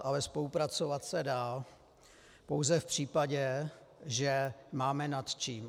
Ale spolupracovat se dá pouze v případě, že máme nad čím.